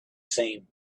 same